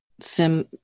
sim